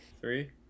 three